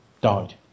died